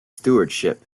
stewardship